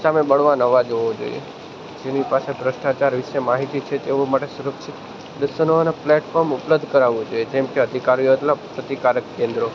સામે બળવાન અવાજ હોવો જોઈએ જેની પાસે ભ્રષ્ટાચાર વિશે માહિતી છે તેઓ માટે સુરક્ષીત દર્શવાના પ્લેટફોર્મ ઉપલબ્ધ કરાવવું જોઈએ જેમ કે અધિકારીઓ એટલે અધિકારક કેન્દ્રો